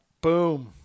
Boom